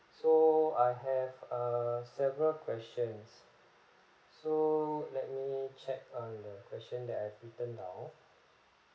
so I have a several questions so let me check on the question that I have written down